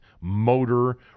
motor